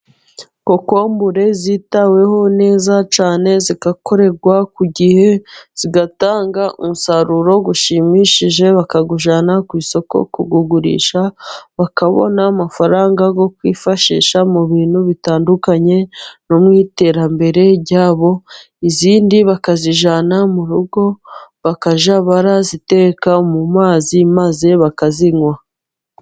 Kokombure zitaweho neza cyane zigakorerwa ku gihe, zigatanga umusaruro ushimishije, bakawujyana ku isoko bakabona amafaranga yo kwifashisha mu bintu bitandukanye, izindi bakazijyana mu rugo bakajya baraziteka mu mazi maze bakazinywa.